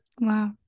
Wow